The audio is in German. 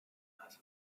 also